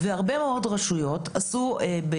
הרבה מאוד רשויות עשו מהלכים,